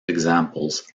examples